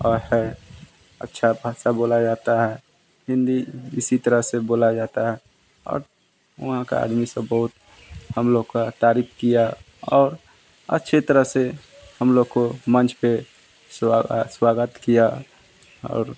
और हर अच्छा खासा बोला जाता है हिंदी इसी तरह से बोला जाता है अब वहाँ का आदमी सब बहुत हम लोग का तारीफ किया और अच्छी तरह से हम लोग को मंच पर स्वा स्वागत किया